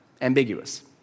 Ambiguous